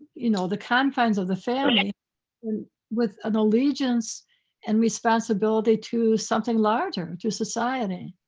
you know, the confines of the family with an allegiance and responsibility to something larger to society.